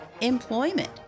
employment